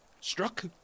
Struck